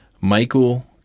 Michael